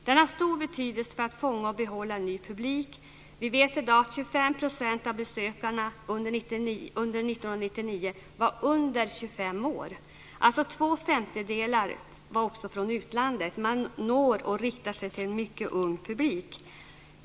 Det har stor betydelse för att fånga och behålla ny publik. Vi vet i dag att 25 % av besökarna under 1999 var under 25 år. Två femtedelar var från utlandet. Man når, och riktar sig till, en mycket ung publik.